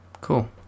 Cool